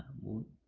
one